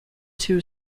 two